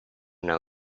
know